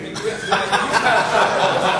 עם אפשרות לתוספת.